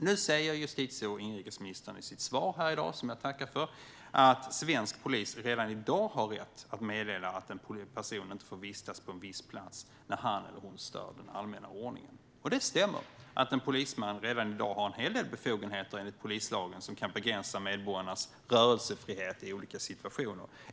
Nu säger justitie och inrikesministern i sitt svar här i dag, som jag tackar för, att svensk polis redan i dag har rätt att meddela att en person inte får vistas på en viss plats när han eller hon stör den allmänna ordningen. Det stämmer att en polisman redan i dag enligt polislagen har en hel del befogenheter som kan begränsa medborgarnas rörelsefrihet i olika situationer.